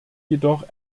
jedoch